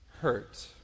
hurt